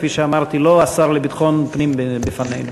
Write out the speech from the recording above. כפי שאמרתי, לא השר לביטחון הפנים לפנינו.